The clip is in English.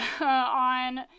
on